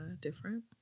different